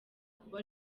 kuba